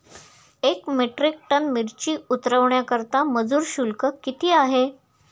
एक metric tonne मिरची उतरवण्याकरता मजूर शुल्क किती आहे?